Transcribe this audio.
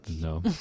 No